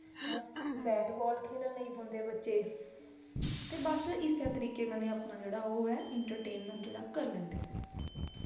हैं bat ball खेलन लगी पौंदा बच्चे ते बस इस्सै तरीके कन्नै अपना जेह्ड़ा ओह् ऐ एन्टरटेनमैंट जेह्ड़ा करी लैंदे न